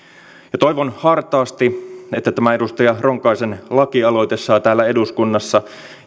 toivon hartaasti että tämä edustaja ronkaisen lakialoite saa täällä eduskunnassa